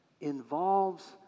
involves